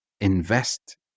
invest